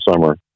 summer